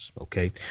okay